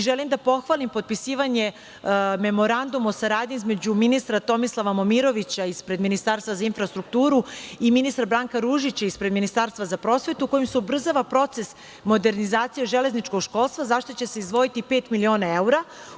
Želim da pohvalim potpisivanje Memoranduma o saradnji između ministra Tomislava Momirovića ispred Ministarstva za infrastrukturu i ministra Branka Ružića ispred Ministarstva za prosvetu, kojim se ubrzava proces modernizacije železničkog školstva, za šta će se izdvojiti pet miliona evra.